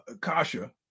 Kasha